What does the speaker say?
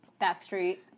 Backstreet